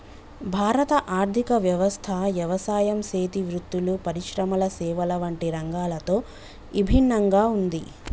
భారత ఆర్థిక వ్యవస్థ యవసాయం సేతి వృత్తులు, పరిశ్రమల సేవల వంటి రంగాలతో ఇభిన్నంగా ఉంది